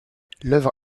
l’œuvre